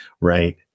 right